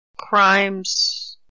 crimes